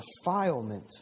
defilement